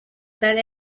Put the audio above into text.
that